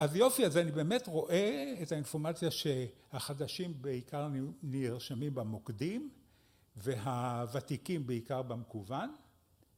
אז יופי, אז אני באמת רואה את האינפורמציה שהחדשים בעיקר נרשמים במוקדים, והוותיקים בעיקר במקוון